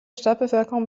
stadtbevölkerung